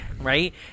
Right